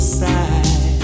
side